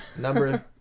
number